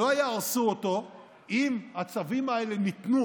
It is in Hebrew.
לא יהרסו אותו אם הצווים האלה ניתנו